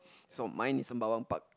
so mine is Sembawang Park